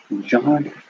John